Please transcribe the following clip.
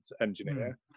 engineer